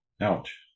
Ouch